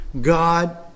God